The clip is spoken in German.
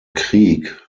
krieg